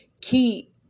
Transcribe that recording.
key